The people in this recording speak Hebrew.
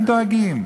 הם דואגים?